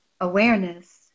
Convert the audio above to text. awareness